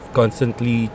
constantly